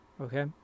Okay